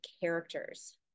characters